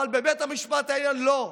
אבל בבית המשפט העליון לא.